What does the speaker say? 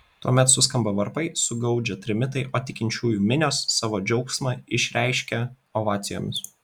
tuomet suskamba varpai sugaudžia trimitai o tikinčiųjų minios savo džiaugsmą išreiškia ovacijomis